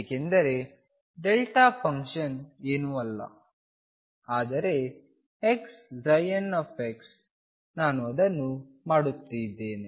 ಏಕೆಂದರೆ delta function ಏನೂ ಅಲ್ಲ ಆದರೆ xnx ನಾನು ಅದನ್ನು ಮಾಡುತ್ತಿದ್ದೇನೆ